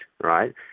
right